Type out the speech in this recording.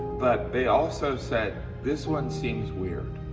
but they also said, this one seems weird.